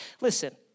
Listen